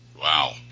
Wow